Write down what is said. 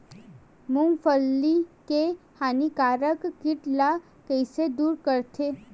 मूंगफली के हानिकारक कीट ला कइसे दूर करथे?